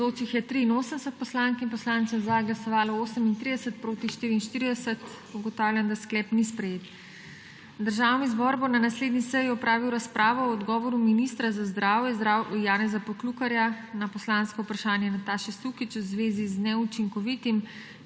je glasovalo 38, proti 44. (Za je glasovalo 38.)(Proti 44.) Ugotavljam, da sklep ni sprejet. Državni zbor bo na naslednji seji opravil razpravo o odgovoru ministra za zdravje Janeza Poklukarja na poslansko vprašanje Nataše Sukič v zvezi z neučinkovitim,